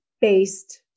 based